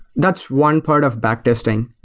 that's one part of back testing.